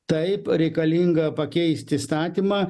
taip reikalinga pakeist įstatymą